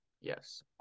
Yes